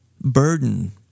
burden